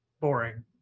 boring